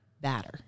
batter